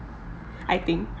I think